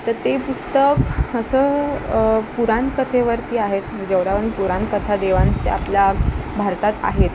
तर ते पुस्तक असं पुराण कथेवरती आहेत पुराण कथा देवाचे आपल्या भारतात आहेत